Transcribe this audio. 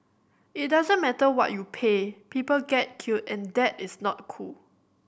it doesn't matter what you pay people get killed and that is not cool